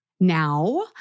Now